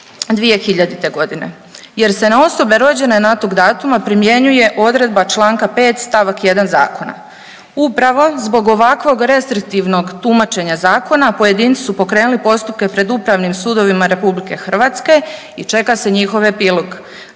2.12.2000.g. jer se na osobe rođene nakon toga datuma primjenjuje odredba čl. 5. st. 1. zakona. Upravo zbog ovakvog restriktivnog tumačenja zakona pojedinci su pokrenuli postupke pred upravnim sudovima RH i čeka se njihov epilog.